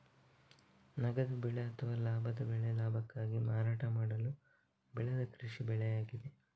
ನಗದು ಬೆಳೆ ಅಥವಾ ಲಾಭದ ಬೆಳೆ ಲಾಭಕ್ಕಾಗಿ ಮಾರಾಟ ಮಾಡಲು ಬೆಳೆದ ಕೃಷಿ ಬೆಳೆಯಾಗಿದೆ